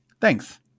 Thanks